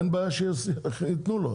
אין בעיה שיתנו לו,